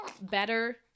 better